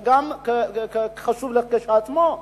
זה גם חשוב כשלעצמו,